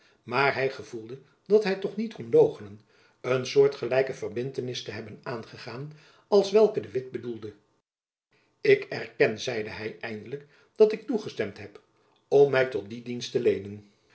doch hy gevoelde dat hy toch niet kon loochenen een soortgelijke verbintenis te hebben aangegaan als welke de witt bedoelde ik erken zeide hy eindelijk dat ik toegestemd heb om my tot die dienst te leenen